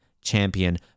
champion